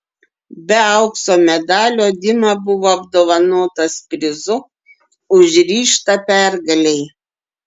be aukso medalio dima buvo apdovanotas prizu už ryžtą pergalei